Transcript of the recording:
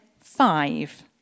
five